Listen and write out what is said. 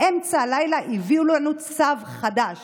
באמצע הלילה הביאו לנו צו חדש